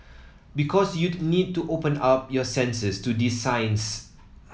because you'd need to open up your senses to these signs